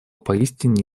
поистине